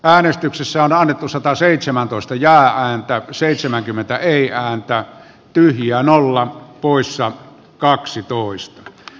äänestyksessä on annettu sataseitsemäntoista jäähyn ja seitsemänkymmentä ei ahon päättyy ja nolla lakiehdotus hylätty